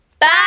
Bye